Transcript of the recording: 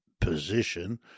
position